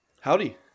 Howdy